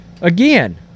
again